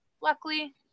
Luckily